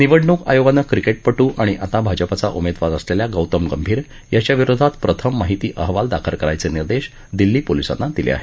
निवडणूक आयोगानं क्रिकेटपटू आणि आता भाजपाचा उमेदवार असलेल्या गौतम गंभीर याच्याविरोधात प्रथम माहिती अहवाल दाखल करायचे निर्देश दिल्ली पोलिसांना दिले आहेत